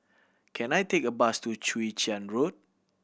can I take a bus to Chwee Chian Road